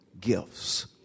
gifts